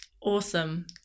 Awesome